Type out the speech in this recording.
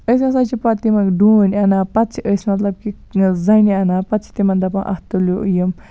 أسۍ ہسا چھِ پَتہٕ تِمن ڈوٗںۍ اَنان پَتہٕ چھِ أسۍ مطلب کہِ زَنہِ اَنان پَتہٕ چھِ تِمن دَپان اَتھ تُلیو یِم